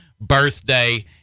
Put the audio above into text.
birthday